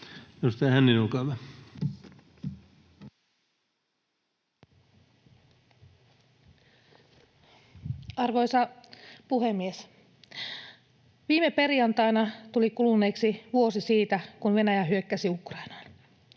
Arvoisa puhemies! Viime perjantaina tuli kuluneeksi vuosi siitä, kun Venäjä hyökkäsi Ukrainaan.